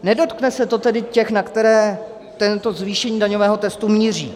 Nedotkne se to tedy těch, na které to zvýšení daňového testu míří.